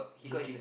he got issue